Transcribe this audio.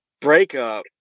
breakup